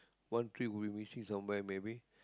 one tree we missing some where maybe